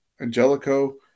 Angelico